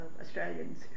Australians